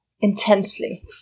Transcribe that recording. intensely